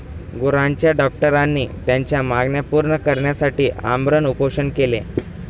गुरांच्या डॉक्टरांनी त्यांच्या मागण्या पूर्ण करण्यासाठी आमरण उपोषण केले